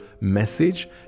message